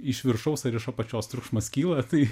iš viršaus ar iš apačios triukšmas kyla tai